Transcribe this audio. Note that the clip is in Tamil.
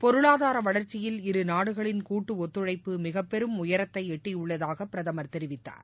பொருளாதார வளர்ச்சியில் இரு நாடுகளின் கூட்டு ஒத்துழைப்பு மிகப்பெரும் உயரத்தை எட்டியுள்ளதாக பிரதமர் தெரிவித்தார்